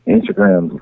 Instagram